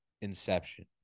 inception